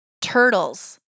turtles